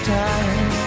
time